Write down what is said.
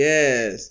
Yes